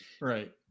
right